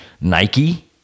Nike